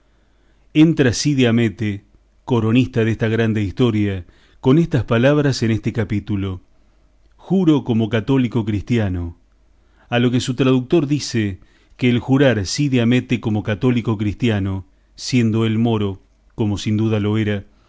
entra cide hamete coronista desta grande historia con estas palabras en este capítulo juro como católico cristiano a lo que su traductor dice que el jurar cide hamete como católico cristiano siendo él moro como sin duda lo era